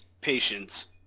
Patience